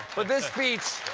but this speech